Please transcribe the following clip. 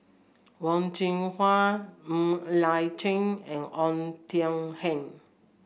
Wen Jinhua Ng Liang Chiang and Oei Tiong Ham